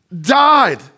died